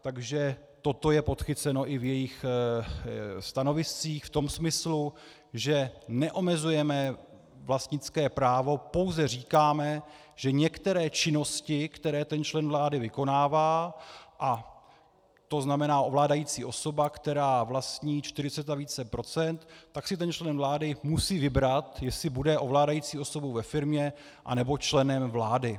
Takže toto je podchyceno i v jejich stanoviscích v tom smyslu, že neomezujeme vlastnické právo, pouze říkáme, že některé činnosti, které člen vlády vykonává, a to znamená ovládající osoba, která vlastní čtyřicet a více procent, tak si člen vlády musí vybrat, jestli bude ovládající osobou ve firmě, nebo členem vlády.